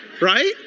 right